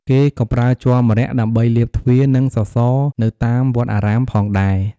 គេក៏ប្រើជ័រម្រ័ក្សណ៍ដើម្បីលាបទ្វារ និងសរសេរនៅតាមវត្តអារាមផងដែរ។